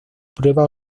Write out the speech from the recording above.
prueba